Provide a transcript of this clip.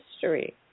history